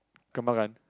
Kembangan